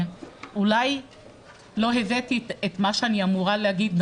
אולי לא הבאתי נכון את מה שאני אמורה להגיד.